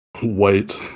white